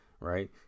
right